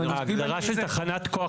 דרור בוימל ההגדרה של תחנת כוח,